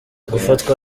gufatwa